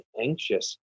anxious